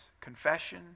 confession